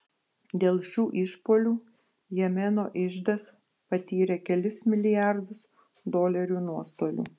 dėl šių išpuolių jemeno iždas patyrė kelis milijardus dolerių nuostolių